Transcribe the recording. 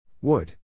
Wood